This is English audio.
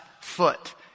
foot